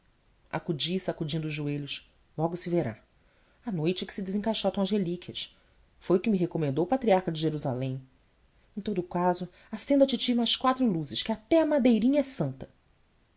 acudi sacudindo os joelhos logo se verá à noite é que se desencaixotam as relíquias foi o que me recomendou o patriarca de jerusalém em todo o caso acenda a titi mais quatro luzes que até a madeirinha é santa